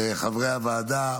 לחברי הוועדה,